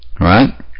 right